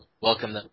Welcome